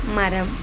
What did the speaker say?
மரம்